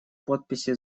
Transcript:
подписи